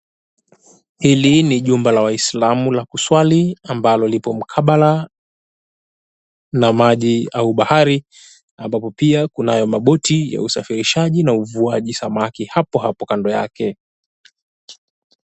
Hili ni jumba la Waisilamu la kuswali ambalo lipo mkabala, na maji au bahari ambapo pia kunayo maboti ya usafirishaji na uvuaji samaki hapo hapo kando yake.